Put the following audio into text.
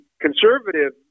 conservative